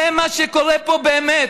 זה מה שקורה פה באמת.